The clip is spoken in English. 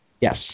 Yes